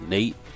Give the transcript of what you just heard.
Nate